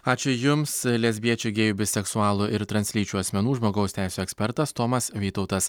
ačiū jums lesbiečių gėjų biseksualų ir translyčių asmenų žmogaus teisių ekspertas tomas vytautas